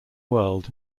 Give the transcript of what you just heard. world